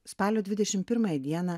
spalio dvidešim pirmąją dieną